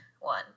one